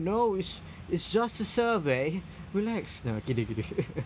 no it's it's just a survey relax no kidding kidding